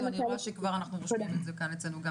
אני רואה שכבר אנחנו רושמים את זה כאן אצלנו.